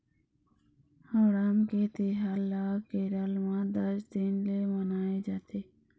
ओणम के तिहार ल केरल म दस दिन ले मनाए जाथे